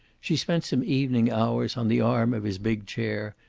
she spent some evening hours on the arm of his big chair,